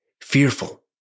fearful